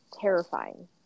terrifying